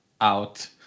Out